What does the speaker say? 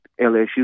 LSU